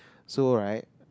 so right